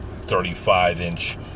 35-inch